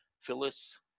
Phyllis